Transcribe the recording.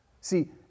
See